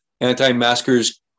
anti-maskers